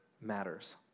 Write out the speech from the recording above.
matters